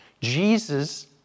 Jesus